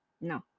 No